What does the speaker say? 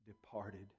departed